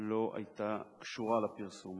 לא היתה קשורה לפרסום.